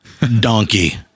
donkey